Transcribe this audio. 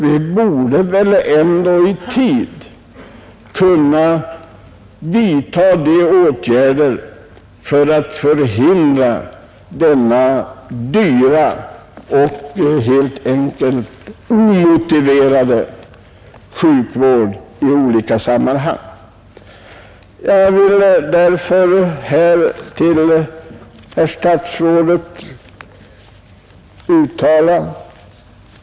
Vi borde väl i tid kunna vidta åtgärder för att förhindra dessa helt enkelt omotiverade sjukdomar och den dyra sjukvård som de kräver i olika sammanhang.